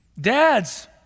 Dads